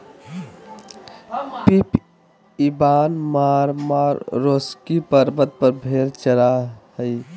Pip Ivan Marmaroski पर्वत पर भेड़ चरा हइ